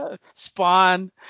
Spawn